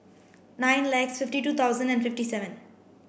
nine likes fifty two thousand and fifty seven